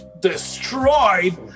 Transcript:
destroyed